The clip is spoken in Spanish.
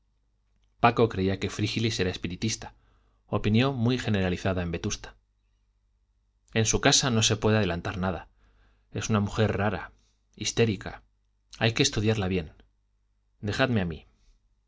paco creía que frígilis era espiritista opinión muy generalizada en vetusta en su casa no se puede adelantar nada es una mujer rara histérica hay que estudiarla bien dejadme a mí